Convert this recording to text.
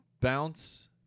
bounce